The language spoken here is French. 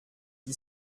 qui